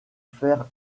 faire